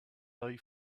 dive